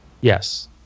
Yes